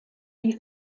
die